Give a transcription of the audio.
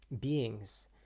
beings